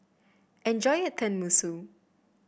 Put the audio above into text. enjoy your Tenmusu